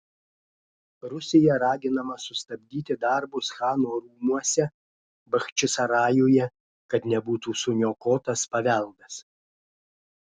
rusija raginama sustabdyti darbus chano rūmuose bachčisarajuje kad nebūtų suniokotas paveldas